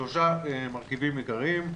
שלושה מרכיבים עיקריים.